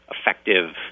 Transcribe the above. effective